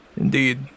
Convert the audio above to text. Indeed